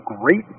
great